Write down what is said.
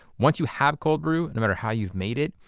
once you have cold brew, no matter how you've made it,